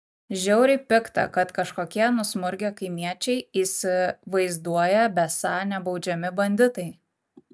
žiauriai pikta kad kažkokie nusmurgę kaimiečiai įsivaizduoja besą nebaudžiami banditai